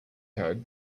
code